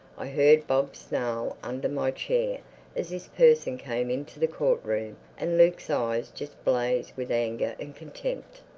i heard bob snarl under my chair as this person came into the court-room and luke's eyes just blazed with anger and contempt.